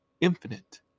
infinite